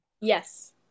Yes